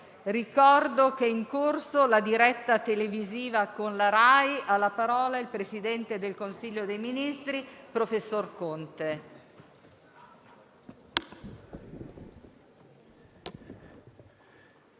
Ricordo che è in corso la diretta televisiva con la RAI. Ha facoltà di parlare il Presidente del Consiglio dei ministri, professor Conte.